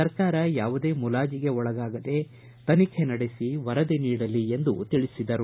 ಸರ್ಕಾರ ಯಾವುದೇ ಮುಲಾಜಿಗೆ ಒಳಗಾಗದೆ ತನಿಖೆ ನಡೆಸಿ ವರದಿ ನೀಡಲಿ ಎಂದು ತಿಳಿಸಿದರು